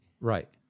Right